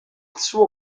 suo